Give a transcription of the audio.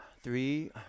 three